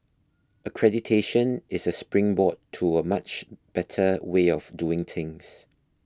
accreditation is a springboard to a much better way of doing things